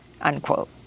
unquote